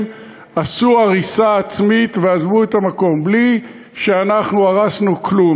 עשו הריסה עצמית ועזבו את המקום בלי שאנחנו הרסנו כלום.